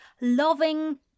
loving